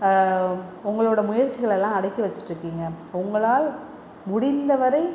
உங்களோட முயற்சிகள் எல்லாம் அடக்கி வெச்சிகிட்டு இருக்கீங்க உங்களால் முடிந்த வரை